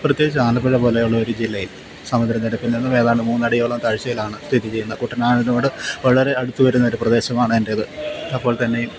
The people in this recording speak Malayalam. പ്രത്യേകിച്ചു ആലപ്പുഴ പോലെയുള്ള ഒരു ജില്ലയിൽ സമുദ്രനിരപ്പിൽ നിന്നും ഏതാണ്ട് മൂന്നടിയോളം താഴ്ച്ചയിലാണ് സ്ഥിതി ചെയ്യുന്നത് കുട്ടനാടിനോട് വളരെ അടുത്ത് വരുന്നൊരു പ്രദേശമാണ് എൻ്റേത് അപ്പോൾത്തന്നേയും